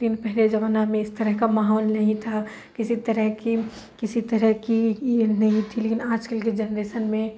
لیکن پہلے زمانہ میں اس طرح کا ماحول نہیں تھا کسی طرح کی کسی طرح کی یہ نہیں تھی لیکن آج کل کے جنریسن میں